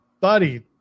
buddy